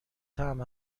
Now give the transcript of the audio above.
طعم